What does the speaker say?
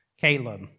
Caleb